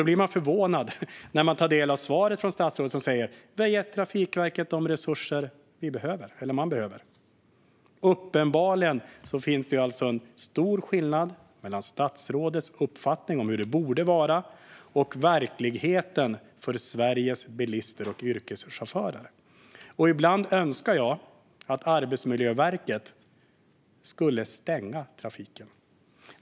Då blir man förvånad när man tar del av svaret från statsrådet. Han säger: Vi har gett Trafikverket de resurser de behöver. Uppenbarligen finns det en stor skillnad mellan statsrådets uppfattning om hur det borde vara och verkligheten för Sveriges bilister och yrkeschaufförer. Ibland önskar jag att Arbetsmiljöverket skulle stänga trafiken.